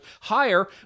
higher